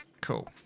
Cool